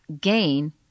gain